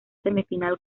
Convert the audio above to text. semifinal